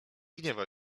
gniewaj